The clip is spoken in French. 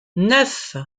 neuf